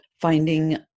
finding